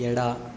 ಎಡ